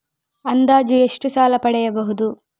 ಅಂದಾಜು ಎಷ್ಟು ಸಾಲ ಪಡೆಯಬಹುದು?